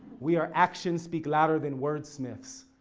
we are actions speak louder than wordsmiths,